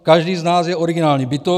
Každý z nás je originální bytost.